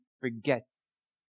forgets